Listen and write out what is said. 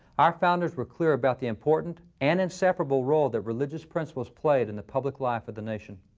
our founders were clear about the important and inseparable role that religious principles played in the public life of the nation.